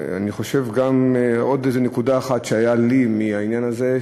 אני חושב גם על עוד איזו נקודה אחת שהייתה אצלי מהעניין הזה,